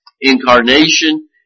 incarnation